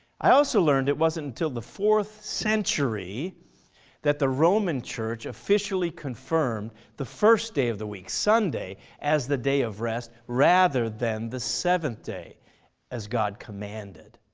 i also learned it wasn't till the fourth century that the roman church officially confirmed the first day of the week sunday as the day of rest rather than the seventh day as god commanded.